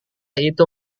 itu